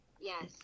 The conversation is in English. Yes